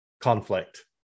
conflict